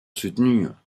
soutenues